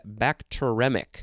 bacteremic